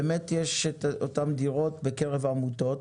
באמת יש את אותם דירות בקרב עמותות,